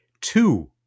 two